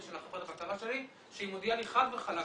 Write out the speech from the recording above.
של חברת הבקרה שלי שהיא מודיעה לי חד וחלק,